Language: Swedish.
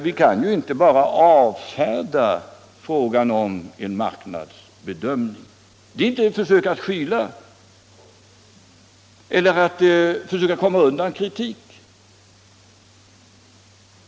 Vi kan ju inte bara avfärda frågan om en marknadsbedömning. Det är inte ett försök att skyla över eller att komma undan kritik.